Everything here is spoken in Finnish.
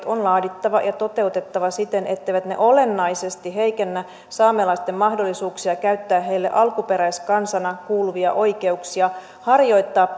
on laadittava ja toteutettava siten etteivät ne olennaisesti heikennä saamelaisten mahdollisuuksia käyttää heille alkuperäiskansana kuuluvia oikeuksia harjoittaa